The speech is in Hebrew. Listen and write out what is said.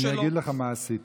אני אגיד לך מה עשיתי.